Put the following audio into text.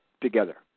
together